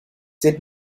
did